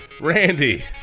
Randy